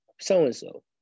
so-and-so